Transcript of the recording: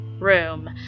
room